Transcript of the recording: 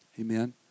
Amen